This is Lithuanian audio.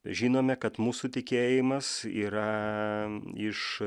žinome kad mūsų tikėjimas yra iš